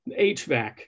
HVAC